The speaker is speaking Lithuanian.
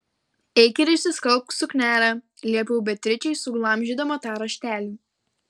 eik ir išsiskalbk suknelę liepiau beatričei suglamžydama tą raštelį